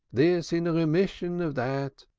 this in remission of that.